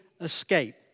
escape